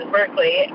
Berkeley